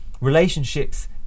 relationships